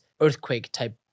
earthquake-type